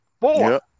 Four